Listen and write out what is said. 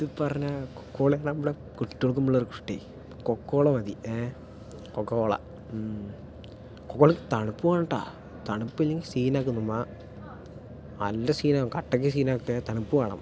അത് പറഞ്ഞാൽ കൊക്കകോളയാണ് നമ്മള കെട്ടിയവൾക്ക് ഇഷ്ടേ കൊക്കോള മതി ഏഹ് കൊക്കക്കോള കൊക്കകോളക്ക് തണുപ്പ് വേണം ട്ടാ തണുപ്പില്ലെങ്കിൽ സീനാക്കും നമ്മ നല്ല സീനാക്കും കട്ടയ്ക്ക് സീനാക്കുമേ തണുപ്പ് വേണം